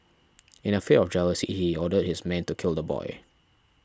in a fit of jealousy he ordered his men to kill the boy